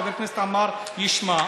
חבר הכנסת עמאר ישמע,